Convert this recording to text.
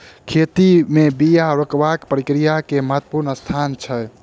खेती में बिया रोपबाक प्रक्रिया के महत्वपूर्ण स्थान छै